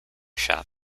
shop